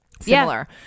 similar